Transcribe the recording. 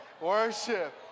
Worship